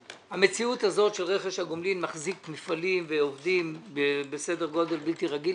המציאות הזאת של רכש הגומלין מחזיק מפעלים ועובדים בסדר גודל בלתי רגיל,